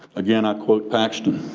again, i quote paxton.